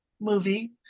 movie